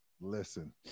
Listen